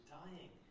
dying